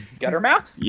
Guttermouth